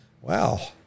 Wow